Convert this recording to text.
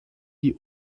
die